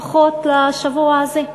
לפחות לשבוע הזה,